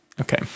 Okay